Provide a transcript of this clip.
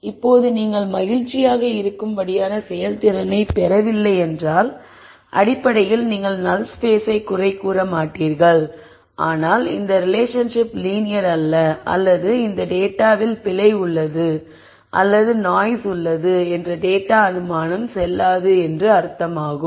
இப்போது நீங்கள் மகிழ்ச்சியாக இருக்கும் படியான செயல்திறனைப் பெறவில்லை என்றால் அடிப்படையில் நீங்கள் நல் ஸ்பேஸை குறை கூற மாட்டீர்கள் ஆனால் இந்த ரிலேஷன்ஷிப் லீனியர் அல்ல அல்லது இந்த டேட்டாவில் பிழை அல்லது நாய்ஸ் உள்ளது என்ற டேட்டா அனுமானம் செல்லாது என்று அர்த்தமாகும்